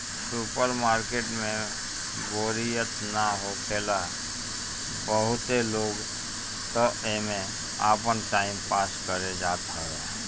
super market में बोरियत ना होखेला बहुते लोग तअ एमे आपन टाइम पास करे जात हवे